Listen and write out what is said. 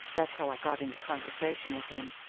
that's how i got into conversation with him.